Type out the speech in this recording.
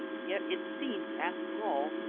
yet it seemed, after all,